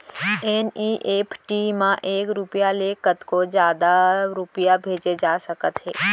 NEFT म एक रूपिया ले कतको जादा रूपिया भेजे जा सकत हे